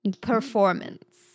Performance